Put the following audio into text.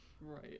Right